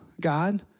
God